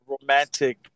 romantic